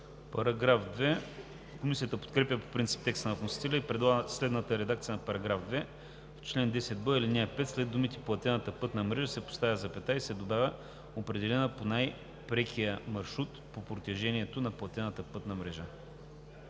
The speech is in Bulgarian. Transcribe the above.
ВЕСЕЛИНОВ: Комисията подкрепя по принцип текста на вносителите и предлага следната редакция на § 2: „§ 2. В чл. 10б, ал. 5 след думите „платената пътна мрежа“ се поставя запетая и се добавя „определена по най-прекия маршрут по протежението на платената пътна мрежа“.“